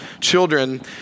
children